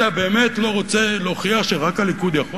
אתה באמת לא רוצה להוכיח שרק הליכוד יכול?